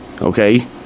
Okay